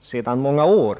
sedan många år.